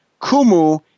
Kumu